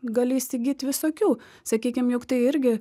gali įsigyt visokių sakykim juk tai irgi